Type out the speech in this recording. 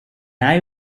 eye